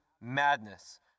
madness